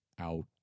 out